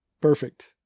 Perfect